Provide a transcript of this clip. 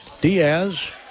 Diaz